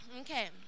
Okay